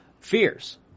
fears